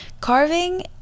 carving